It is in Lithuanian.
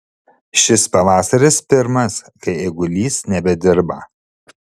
šis pavasaris pirmas kai eigulys nebedirba